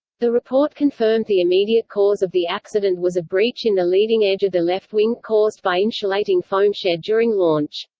the report confirmed the immediate cause of the accident was a breach in the leading edge of the left wing, caused by insulating foam shed during launch.